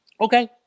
Okay